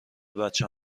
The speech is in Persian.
بچه